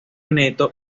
neto